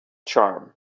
charm